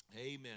Amen